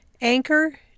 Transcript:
Anchor